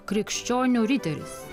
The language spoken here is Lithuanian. krikščionių riteris